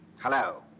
hello?